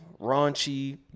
raunchy